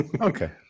Okay